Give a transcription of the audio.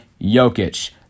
Jokic